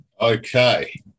Okay